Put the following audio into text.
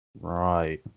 right